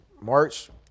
March